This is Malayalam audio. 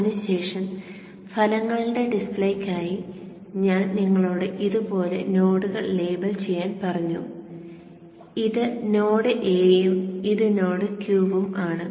അതിനു ശേഷം ഫലങ്ങളുടെ ഡിസ്പ്ലേയ്ക്കായി ഞാൻ നിങ്ങളോട് ഇതുപോലെ നോഡുകൾ ലേബൽ ചെയ്യാൻ പറഞ്ഞു ഇത് നോഡ് A ഉം ഇത് നോഡ് Q ഉം ആണ്